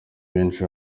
benshi